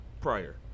prior